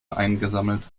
eingesammelt